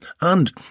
and